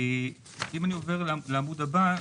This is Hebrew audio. אעבור לעמוד הבא,